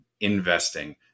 investing